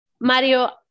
Mario